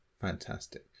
fantastic